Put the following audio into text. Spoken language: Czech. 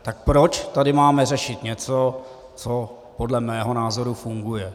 Tak proč tady máme řešit něco, co podle mého názoru funguje?